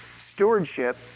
stewardship